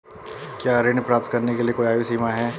क्या ऋण प्राप्त करने के लिए कोई आयु सीमा है?